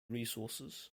resources